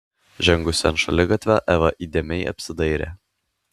žengusi ant šaligatvio eva įdėmiai apsidairė